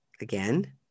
Again